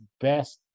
best